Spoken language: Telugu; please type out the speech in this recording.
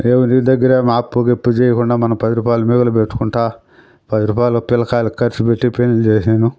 ఎవరి దగ్గర ఏం అప్పు గిప్పు చెయ్యకుండా మన పది రూపాయలు మిగలబెట్టుకుంటా పది రూపాయలు పిల్లకాయలకు ఖర్చు పెట్టి పెళ్ళిళ్ళు చేసాను